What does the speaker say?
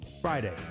Friday